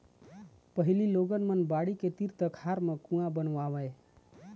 पहिली लोगन मन बाड़ी के तीर तिखार म कुँआ बनवावय